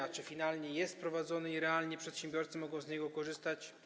A czy finalnie jest wprowadzony i realnie przedsiębiorcy mogą z niego korzystać?